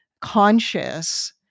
conscious